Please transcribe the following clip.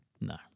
No